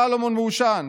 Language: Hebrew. סלמון מעושן,